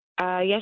Yes